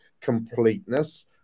completeness